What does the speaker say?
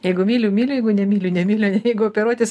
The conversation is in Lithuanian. jeigu myliu myliu jeigu nemyliu nemyliu ane jeigu operuotis